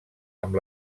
amb